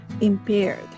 impaired